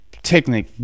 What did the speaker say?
technique